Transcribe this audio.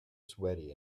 sweaty